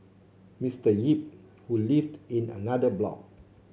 Mister Yip who lived in another block